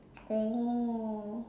oh